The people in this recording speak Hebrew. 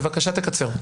בבקשה תקצר.